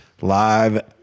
Live